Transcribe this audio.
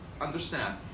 understand